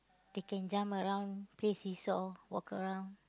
they can jump around play seesaw walk around